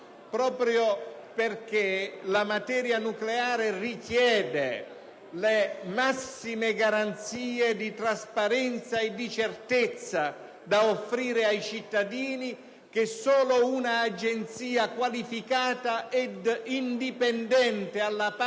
proprio perché la materia nucleare richiede le massime garanzie di trasparenza e di certezza che solo un'Agenzia qualificata ed indipendente, alla pari